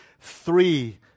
three